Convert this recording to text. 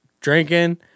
drinking